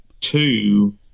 two